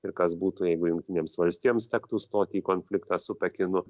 ir kas būtų jeigu jungtinėms valstijoms tektų stoti į konfliktą su pekinu